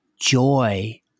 joy